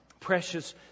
Precious